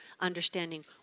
understanding